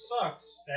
sucks